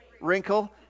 Wrinkle